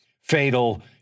fatal